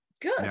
Good